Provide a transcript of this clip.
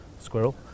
Squirrel